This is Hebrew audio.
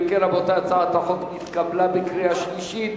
אם כן, רבותי, הצעת החוק נתקבלה בקריאה שלישית